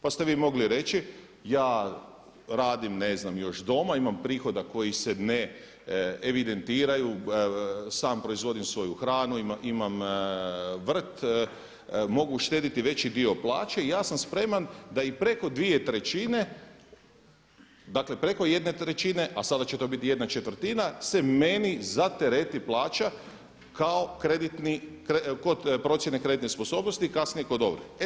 Pa ste vi mogli reći ja radim ne znam još doma, imam prihoda koji se ne evidentiraju, sam proizvodim svoju hranu, imam vrt, mogu uštediti veći dio plaće i ja sam spreman da i preko dvije trećine dakle preko jedne trećine, a sada će to biti jedna četvrtina se meni zatereti plaća kod procjene kreditne sposobnosti, kasnije i kod ovrhe.